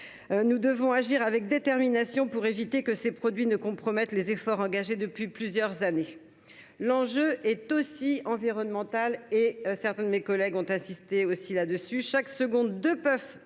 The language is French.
Nous devons agir avec détermination pour éviter que ces produits ne compromettent les efforts engagés depuis plusieurs années. L’enjeu est aussi environnemental – certains de mes collègues viennent d’insister sur cet aspect. Chaque seconde, deux